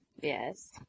Yes